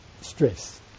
Stress